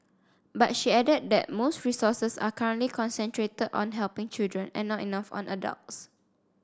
but she added that most resources are currently concentrated on helping children and not enough on adults